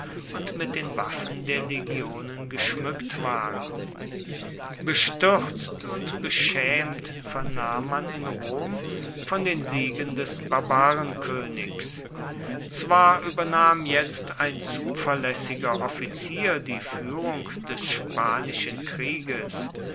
und mit den waffen der legionen geschmückt waren bestürzt und beschämt vernahm man in rom von den siegen des barbarenkönigs zwar übernahm jetzt ein zuverlässiger offizier die führung des spanischen krieges